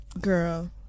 Girl